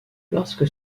lorsque